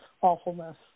awfulness